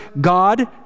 God